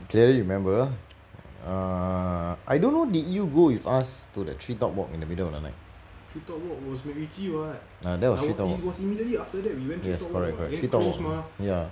clearly you remember err I don't think did you go with us to the tree top walk in the middle of the night ya that was tree top walk yes correct correct tree top walk ya